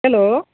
hello